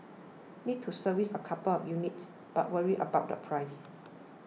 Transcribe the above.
need to service a couple of units but worried about the price